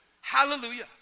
Hallelujah